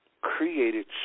created